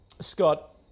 Scott